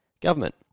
Government